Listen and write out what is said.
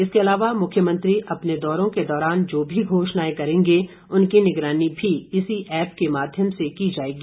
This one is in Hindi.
इसके अलावा मुख्यमंत्री अपने दौरों के दौरान जो भी घोषणाएं करेंगे उनकी निगरानी भी इसी ऐप के माध्यम से की जाएगी